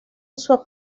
uso